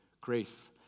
grace